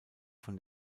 von